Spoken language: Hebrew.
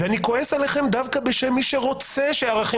אני כועס עליכם דווקא בשם מי שרוצה שערכים